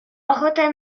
ochotę